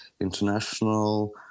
international